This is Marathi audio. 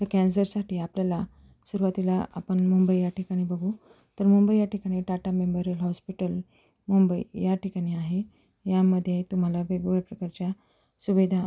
तर कॅन्सरसाठी आपल्याला सुरवातीला आपण मुंबई या ठिकाणी बघू मुंबई या ठिकाणी टाटा मेमोरियल हॉस्पिटल मुंबई या ठिकाणी आहे यामध्येे तुम्हाला वेगवेगळ्या प्रकारच्या सुविधा